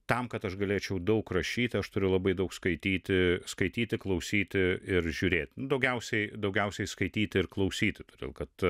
tam kad aš galėčiau daug rašyti aš turiu labai daug skaityti skaityti klausyti ir žiūrėti daugiausiai daugiausiai skaityti ir klausyti todėl kad